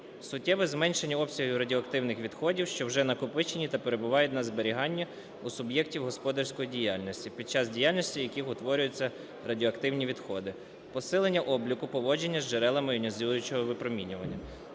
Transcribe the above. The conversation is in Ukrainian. Суттєве зменшення обсягів радіоактивних відходів, що вже накопичені та перебувають на зберіганні у суб'єктів господарської діяльності, під час діяльності яких утворюються радіоактивні відходи. Посилення обліку поводження з джерелами іонізуючого випромінювання.